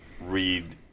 read